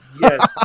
yes